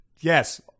Yes